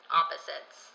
opposites